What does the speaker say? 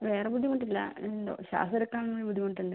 വേറെ ബുദ്ധിമുട്ടില്ല എന്തോ ശ്വാസം എടുക്കാൻ ബുദ്ധിമുട്ടുണ്ട്